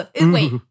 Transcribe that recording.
Wait